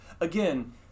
again